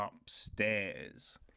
upstairs